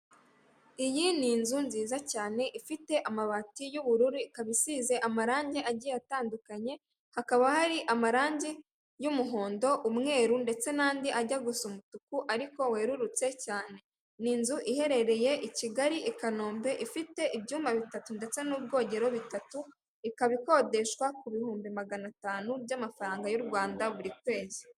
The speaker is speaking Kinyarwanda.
Iyi n'inzu nziza cyane ifite amabati y'ubururu ikaba isize amarangi agiye atandukanye, hakaba hari amarangi y'umuhondo, umweru, ndetse n'andi ajya gu gusa umutuku ariko werurutse cyane. N'inzu iherereye i Kigali i Kanombe ifite ibyumba bitatu ndetse n'ubwogero bitatu, ikaba ikodeshwa ku bihumbi magana atanu by'amafaranga y'u Rwanda buri kwezi.